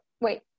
wait